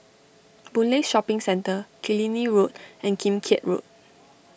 Boon Lay Shopping Centre Killiney Road and Kim Keat Road